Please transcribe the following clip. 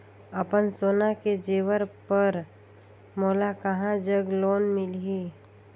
अपन सोना के जेवर पर मोला कहां जग लोन मिलही?